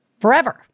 forever